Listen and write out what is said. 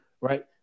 right